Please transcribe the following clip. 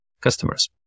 customers